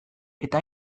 eta